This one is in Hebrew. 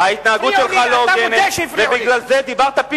אתה לא נותן לי לסיים.